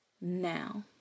now